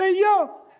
ah yo